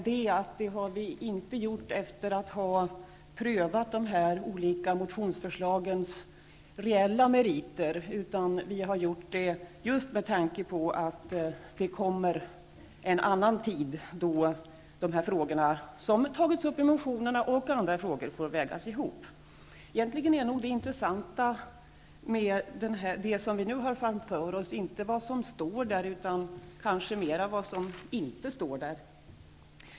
Det har vi inte gjort efter att ha prövat de olika motionsförslagens reella meriter, utan vi har gjort det just med tanke på att det kommer en annan tid då dessa frågor, som tagits upp i motionerna, och andra frågor får vägas ihop. Det intressanta med det som vi nu har framför oss är nog inte vad som står, utan mera vad som inte står där.